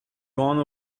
gone